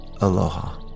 Aloha